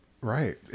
Right